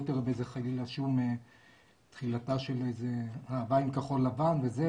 אל תראה בזה חלילה שום תחילתה של איזה אהבה עם כחול לבן ושלא